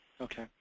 Okay